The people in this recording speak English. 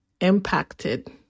Impacted